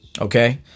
Okay